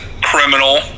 criminal